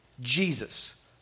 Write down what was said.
Jesus